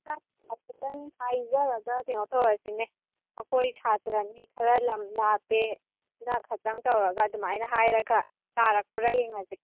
ꯍꯥꯏꯐꯦꯇꯪ ꯍꯥꯏꯖꯔꯒ ꯀꯩꯅꯣ ꯇꯧꯔꯁꯤꯅꯦ ꯑꯩꯈꯣꯏ ꯁꯥꯇ꯭ꯔꯅꯤ ꯈꯔ ꯂꯝ ꯂꯥꯞꯄꯦ ꯑꯗꯨꯅ ꯈꯇꯪ ꯇꯧꯔꯒ ꯑꯗꯨꯃꯥꯏꯅ ꯍꯥꯏꯔꯒ ꯇꯥꯔꯛꯄ꯭ꯔ ꯌꯦꯡꯉꯁꯤ